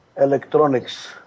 electronics